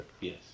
Yes